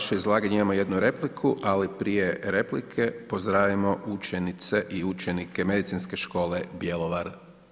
Na vaše izlaganje imamo jednu repliku, ali prije replike pozdravimo učenice i učenike Medicinske škole Bjelovar.